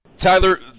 Tyler